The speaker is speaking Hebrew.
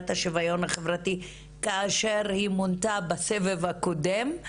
השוויון החברתי כאשר היא מונתה בסבב הקודם,